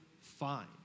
find